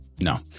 no